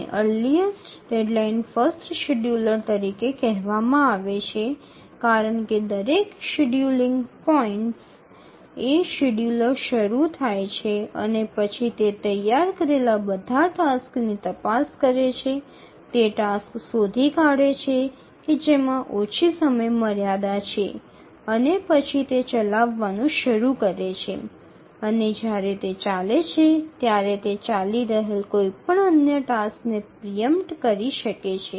તેને earliest deadline first scheduler તરીકે કહેવામાં આવે છે કારણ કે દરેક શેડ્યૂલિંગ પોઇન્ટએ શેડ્યૂલર શરૂ થાય છે અને તે પછી તે તૈયાર કરેલા બધા ટાસક્સની તપાસ કરે છે તે ટાસ્ક શોધી કાઢે છે કે જેમાં ઓછી સમયમર્યાદા છે અને પછી તે ચલાવવાનું શરૂ કરે છે અને જ્યારે તે ચાલે છે ત્યારે તે ચાલી રહેલ કોઈપણ અન્ય ટાસ્કને પ્રિ ઇમ્પટ કરી શકે છે